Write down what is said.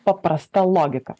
paprasta logika